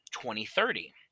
2030